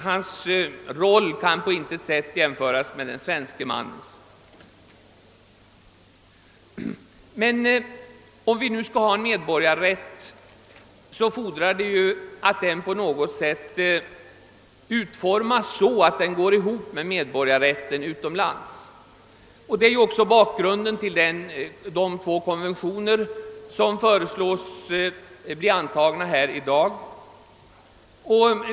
Hans roll kan på intet sätt jämföras med den svenske mannens. Men av en medborgarrätt här i landet fordras att den på något sätt utformas så, att den går ihop med medborgarrätlen utomlands. Detta är också bakgrun den till de två konventioner som föreslås bli antagna här i dag.